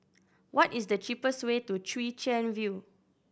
what is the cheapest way to Chwee Chian View